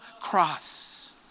cross